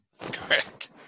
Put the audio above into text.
Correct